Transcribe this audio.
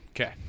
Okay